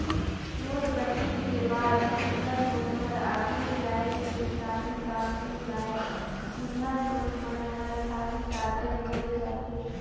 नोटबंदी के बाद जुन्ना नोट हर आघु जाए के काहीं काम नी आए जुनहा नोट मन हर खाली कागज होए जाथे